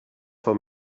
for